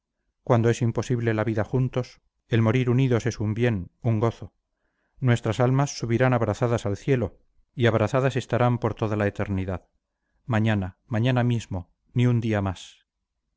cuando es imposible la vida juntos el morir unidos es un bien un gozo nuestras almas subirán abrazadas al cielo y abrazadas estarán por toda la eternidad mañana mañana mismo ni un día más